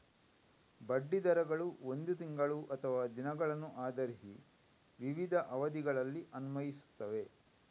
ಬಡ್ಡಿ ದರಗಳು ಒಂದು ತಿಂಗಳು ಅಥವಾ ದಿನಗಳನ್ನು ಆಧರಿಸಿ ವಿವಿಧ ಅವಧಿಗಳಲ್ಲಿ ಅನ್ವಯಿಸುತ್ತವೆ